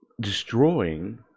destroying